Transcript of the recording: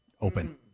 Open